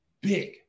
big